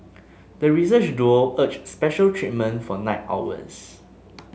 the research duo urged special treatment for night owls